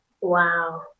Wow